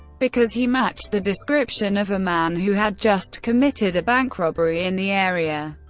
because he matched the description of a man who had just committed a bank robbery in the area.